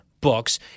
books